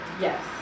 yes